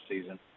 season